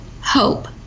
hope